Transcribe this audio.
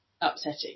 upsetting